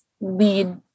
lead